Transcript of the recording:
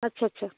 अच्छा अच्छा